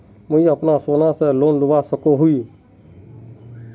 मुई अपना सोना से लोन लुबा सकोहो ही?